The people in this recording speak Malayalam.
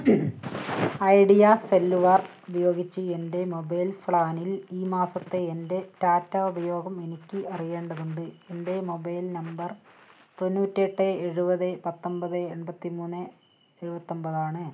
ഐഡിയ സെല്ലുലാർ ഉപയോഗിച്ച് എൻ്റെ മൊബൈൽ പ്ലാനിൽ ഈ മാസത്തെ എൻ്റെ ഡാറ്റ ഉപയോഗം എനിക്ക് അറിയേണ്ടതുണ്ട് എൻ്റെ മൊബൈൽ നമ്പർ തൊണ്ണൂറ്റിയെട്ട് എഴുപത് പത്തൊന്പത് എണ്പത്തിമൂന്ന് എഴുപത്തി ഒന്പതാണ്